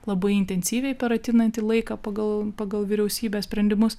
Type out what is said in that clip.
labai intensyviai per ateinantį laiką pagal pagal vyriausybės sprendimus